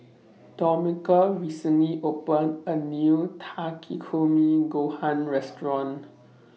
Domenica recently opened A New Takikomi Gohan Restaurant